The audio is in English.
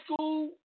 school